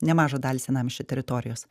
nemažą dalį senamiesčio teritorijos